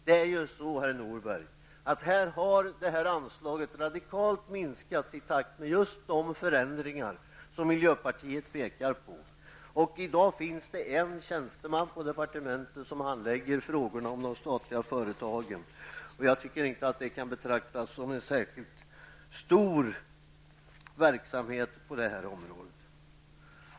Herr Norberg, detta anslag har radikalt minskats i takt med just de förändringar som miljöpartiet pekar på. I dag finns det en tjänsteman på departementet som handlägger frågorna om de statliga företagen, och jag tycker inte att det kan betraktas som en särskilt stor verksamhet på detta område.